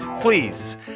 please